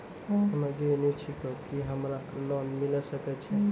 हम्मे गृहिणी छिकौं, की हमरा लोन मिले सकय छै?